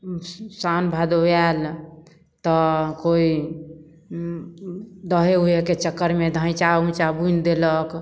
सावन भादो आयल तऽ कोइ दहय वहयके चक्करमे धैञ्चा उञ्चा बूनि देलक